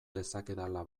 dezakedala